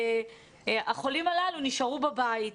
החולים הללו נשארו בבית.